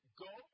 go